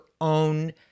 own